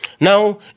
Now